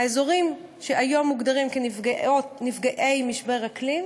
האזורים שהיום מוגדרים כנפגעי משבר אקלים